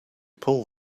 pull